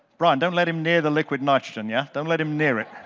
bryan, don't let him near the liquid nitrogen, yeah? don't let him near it.